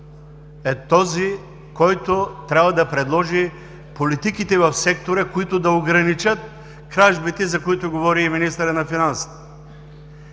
е този, който трябва да предложи политиките в сектора, които да ограничат кражбите, за които говори министърът на финансите.